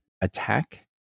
attack